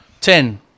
Ten